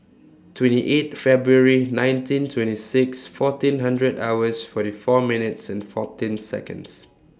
twenty eight February nineteen twenty six fourteen hundred hours forty four minutes and fourteen Seconds